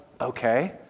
okay